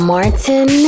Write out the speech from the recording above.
Martin